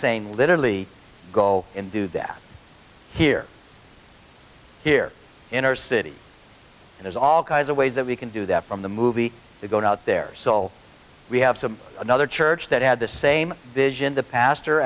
saying literally go and do that here here in our city there's all kinds of ways that we can do that from the movie to go out there so we have some another church that had the same vision the pastor